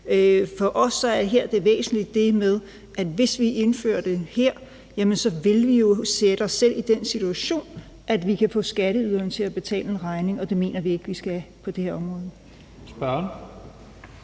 For os er det væsentlige, at hvis vi indfører det her, vil vi jo sætte os selv i den situation, at vi kan få skatteyderne til at betale en regning, og det mener vi ikke vi skal på det her område. Kl.